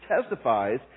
testifies